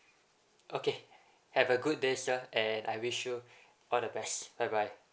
okay have a good day sir and I wish you all the best bye bye